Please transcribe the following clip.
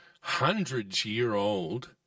hundreds-year-old